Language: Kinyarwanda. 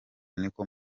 niko